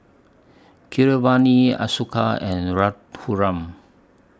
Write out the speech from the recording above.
Keeravani Ashoka and Raghuram